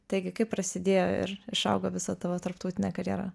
taigi kaip prasidėjo ir išaugo visa tavo tarptautinė karjera